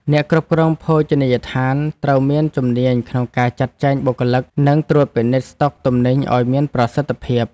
អ្នកគ្រប់គ្រងភោជនីយដ្ឋានត្រូវមានជំនាញក្នុងការចាត់ចែងបុគ្គលិកនិងត្រួតពិនិត្យស្តុកទំនិញឱ្យមានប្រសិទ្ធភាព។